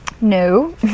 No